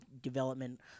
development